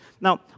Now